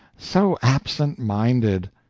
so absent-minded!